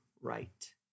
right